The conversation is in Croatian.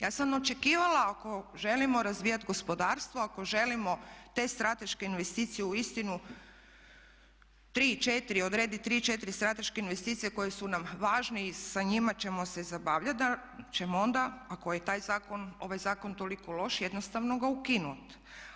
Ja sam očekivala ako želimo razvijati gospodarstvo, ako želimo te strateške investicije uistinu tri, četiri, odredit tri, četiri strateške investicije koje su nam važne i sa njima ćemo se zabavljati da ćemo onda ako je taj zakon, ovaj zakon toliko loš jednostavno ga ukinut.